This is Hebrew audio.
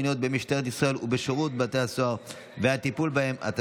בהטרדות מיניות במשטרת ישראל ובשירות בתי הסוהר והטיפול בהן),